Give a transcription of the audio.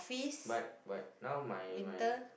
but but now my my